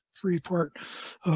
three-part